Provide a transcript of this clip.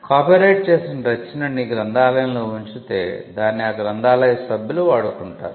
copyright చేసిన రచనని గ్రంథాలయంలో ఉంచితే దాన్ని ఆ గ్రంథాలయ సభ్యులు వాడుకుంటారు